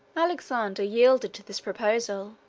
alexander yielded to this proposal.